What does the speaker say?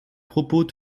propos